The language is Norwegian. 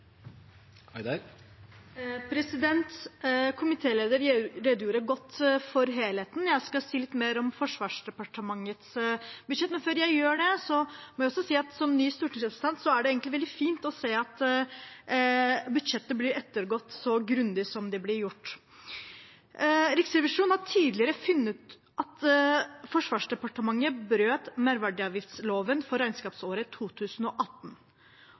redegjorde godt for helheten. Jeg skal si litt mer om Forsvarsdepartementets budsjett. Men før jeg gjør det, vil jeg som ny stortingsrepresentant også si at det egentlig er veldig fint å se at budsjettet blir ettergått så grundig som det blir. Riksrevisjonen har tidligere funnet at Forsvarsdepartementet brøt merverdiavgiftsloven for regnskapsåret 2018.